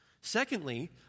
Secondly